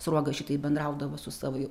sruoga šitaip bendraudavo su savo